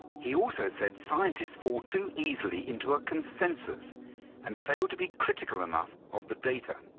he also said scientists fall too easily into a consensus and failed to be critical enough of the data.